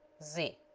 ze